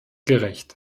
gerecht